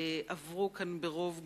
עברו כאן ברוב גורף.